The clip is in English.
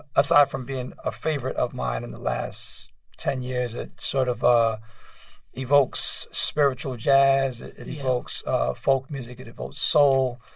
aside from being a favorite of mine in the last ten years, it sort of ah evokes spiritual jazz yes it evokes folk music. it evokes soul.